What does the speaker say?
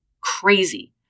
crazy